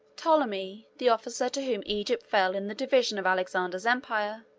ptolemy, the officer to whom egypt fell in the division of alexander's empire,